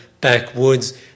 backwoods